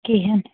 کِہیٖنۍ